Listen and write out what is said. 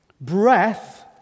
Breath